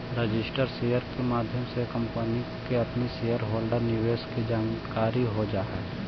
registered share के माध्यम से कंपनी के अपना शेयर होल्डर निवेशक के जानकारी हो जा हई